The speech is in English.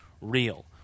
real